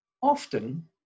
often